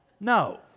No